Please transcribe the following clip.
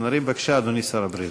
בבקשה, אדוני שר הבריאות.